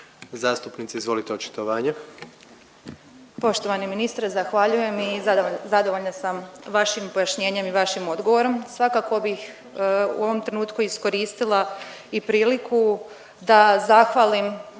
Sanda Livia (HDZ)** Poštovani ministre zahvaljujem i zadovoljna sam vašim pojašnjenjem i vašim odgovorom. Svakako bih u ovom trenutku iskoristila i priliku da zahvalim